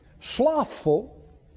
slothful